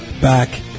back